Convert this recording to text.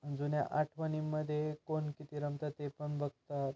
जुन्या आठवणींमध्ये कोण किती रमतात ते पण बघतात